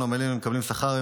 אנו עמלים ומקבלים שכר,